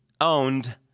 owned